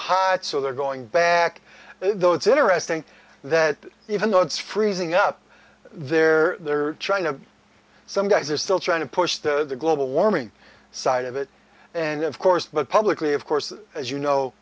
hot so they're going back though it's interesting that even though it's freezing up there they're trying to some guys are still trying to push the global warming side of it and of course but publicly of course as you know